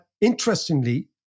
Interestingly